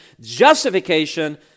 justification